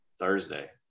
Thursday